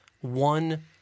one